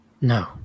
No